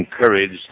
encouraged